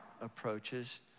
approaches